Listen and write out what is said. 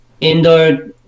indoor